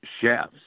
chefs